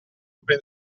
open